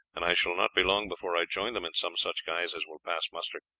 and i shall not be long before i join them in some such guise as will pass muster.